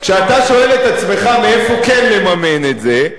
כשאתה שואל את עצמך מאיפה כן לממן את זה,